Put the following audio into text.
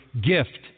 gift